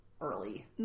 early